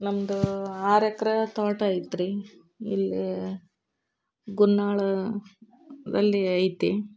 ನಮ್ಮದು ಆರು ಎಕರೆ ತೋಟ ಐತ್ರಿ ಇಲ್ಲಿ ಗುನ್ನಾಳದಲ್ಲಿ ಐತಿ